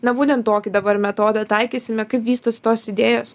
na būtent tokį dabar metodą taikysime kaip vystosi tos idėjos